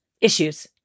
issues